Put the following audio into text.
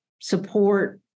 support